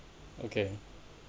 okay